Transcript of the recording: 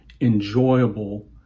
enjoyable